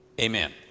Amen